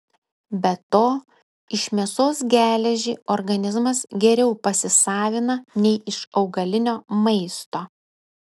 be to iš mėsos geležį organizmas geriau pasisavina nei iš augalinio maisto